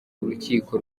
urukiko